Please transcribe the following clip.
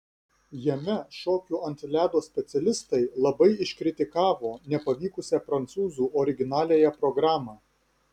jame šokių ant ledo specialistai labai iškritikavo nepavykusią prancūzų originaliąją programą